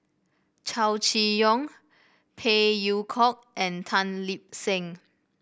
Chow Chee Yong Phey Yew Kok and Tan Lip Seng